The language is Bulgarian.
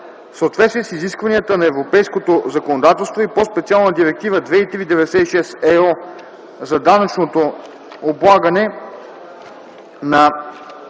съответствие с изискванията на европейското законодателство и по-специално на Директива 2003/96/ЕО за данъчното облагане на